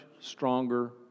stronger